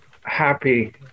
happy